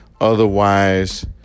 Otherwise